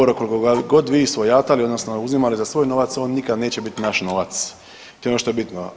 EUR-o koliko ga god vi svojatali odnosno uzimali za svoj novac, on nikad neće biti naš novac, to je ono što je bitno.